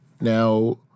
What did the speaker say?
Now